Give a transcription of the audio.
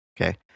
Okay